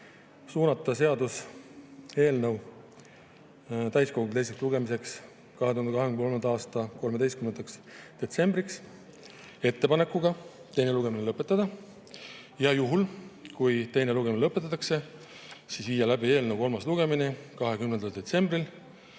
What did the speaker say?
Suunata seaduseelnõu täiskogule teiseks lugemiseks 2023. aasta 13. detsembril ettepanekuga teine lugemine lõpetada ja juhul, kui teine lugemine lõpetatakse, viia läbi eelnõu kolmas lugemine 20. detsembril